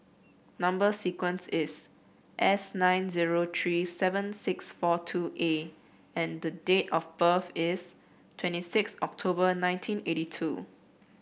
number sequence is S nine zero three seven six four two A and the date of birth is twenty six October nineteen eighty two